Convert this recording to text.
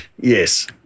Yes